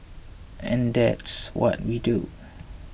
and that's what we do